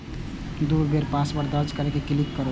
दू बेर पासवर्ड दर्ज कैर के क्लिक करू